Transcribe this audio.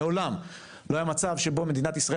מעולם לא היה מצב שמדינת ישראל,